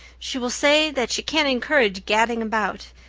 she will say that she can't encourage gadding about.